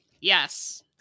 Yes